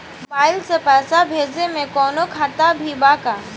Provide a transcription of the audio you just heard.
Mobile से पैसा भेजे मे कौनों खतरा भी बा का?